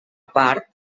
part